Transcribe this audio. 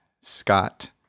Scott